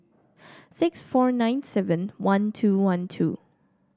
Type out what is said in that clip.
six four nine seven one two one two